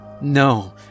no